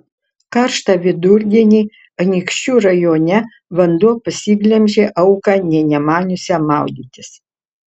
karštą vidurdienį anykščių rajone vanduo pasiglemžė auką nė nemaniusią maudytis